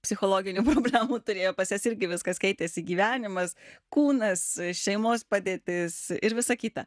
psichologinių problemų turėjo pas jas irgi viskas keitėsi gyvenimas kūnas šeimos padėtis ir visa kita